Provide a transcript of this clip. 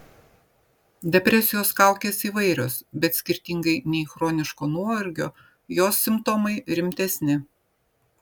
depresijos kaukės įvairios bet skirtingai nei chroniško nuovargio jos simptomai rimtesni